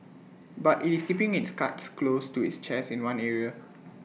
but IT is keeping its cards close to its chest in one area